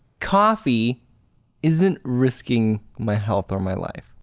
coffee isn't risking my health or my life.